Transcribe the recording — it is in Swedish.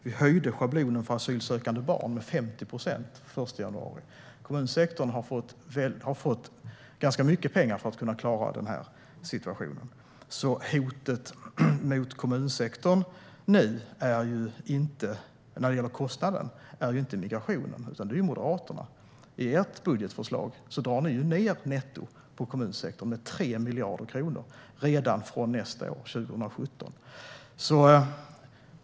Vi höjde schablonen för asylsökande barn med 50 procent den 1 januari. Kommunsektorn har fått ganska mycket pengar för att kunna klara den här situationen. Hotet mot kommunsektorn nu - vad gäller kostnaden - är inte migrationen, utan det är Moderaterna. I ert budgetförslag drar ni ned nettot för kommunsektorn med 3 miljarder kronor redan från nästa år, 2017.